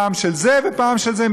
פעם של זה ופעם של זה,